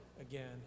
again